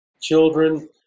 children